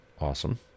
awesome